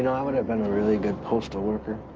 and i would have been a really good postal worker